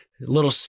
Little